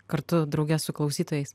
kartu drauge su klausytojais